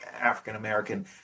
African-American